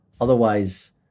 Otherwise